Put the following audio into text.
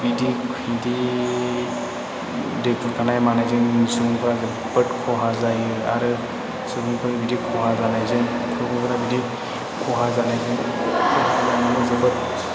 बिदि दै खुरखानाय मानायजों सुबुंफोरा जोबोद खहा जायो आरो सुबुंफोरा बिदि खहा जानायजों जोबोद